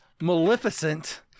Maleficent